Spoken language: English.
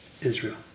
Israel